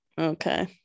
Okay